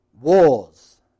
Wars